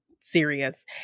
serious